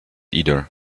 either